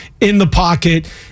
in-the-pocket